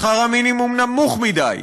שכר המינימום נמוך מדי.